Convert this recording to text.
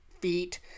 feet